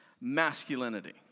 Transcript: masculinity